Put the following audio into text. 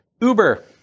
Uber